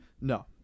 no